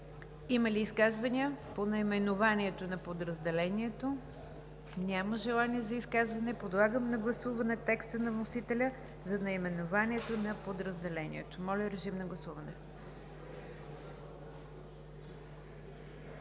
Има ли изказвания по наименованието на подразделението? Няма желание за изказване. Подлагам на гласуване текста на вносителя за наименованието на подразделението. Гласували